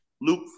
Luke